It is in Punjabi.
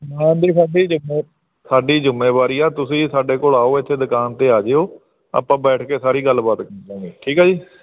ਸਾਡੀ ਜਿੰਮੇ ਸਾਡੀ ਜ਼ਿੰਮਵਾਰੀ ਆ ਤੁਸੀਂ ਸਾਡੇ ਕੋਲ ਆਓ ਇੱਥੇ ਦੁਕਾਨ 'ਤੇ ਆ ਜਿਓ ਆਪਾਂ ਬੈਠ ਕੇ ਸਾਰੀ ਗੱਲਬਾਤ ਕਰ ਲਾਂਗੇ ਠੀਕ ਆ ਜੀ